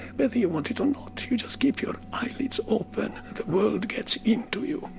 whether you want it or not, you just keep your eyelids open, the world gets in to you.